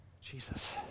Jesus